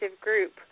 group